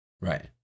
right